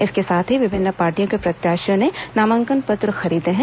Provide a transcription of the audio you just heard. इसके साथ ही विभिन्न पार्टियों के प्रत्याशियों ने नामांकन पत्र खरीदे है